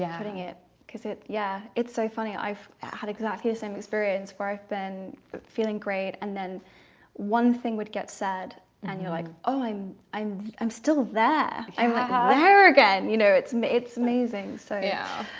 yeah putting it because it yeah, it's so funny i've had exactly the same experience where i've been feeling great and then one thing would get said and you're like oh i'm i'm i'm still there. i'm like ah here again, you know, it's it's amazing. so yeah